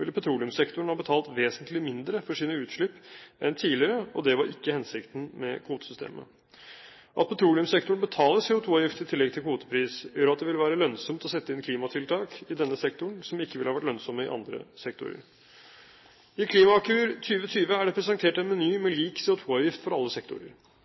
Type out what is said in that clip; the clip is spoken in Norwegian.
ville petroleumssektoren ha betalt vesentlig mindre for sine utslipp enn tidligere, og det var ikke hensikten med kvotesystemet. At petroleumssektoren betaler CO2-avgift i tillegg til kvotepris, gjør at det vil være lønnsomt å sette inn klimatiltak i denne sektoren som ikke ville ha vært lønnsomme i andre sektorer. I Klimakur 2020 er det presentert en meny med lik CO2-avgift for alle sektorer.